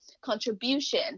contribution